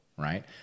right